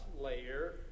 layer